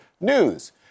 news